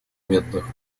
методах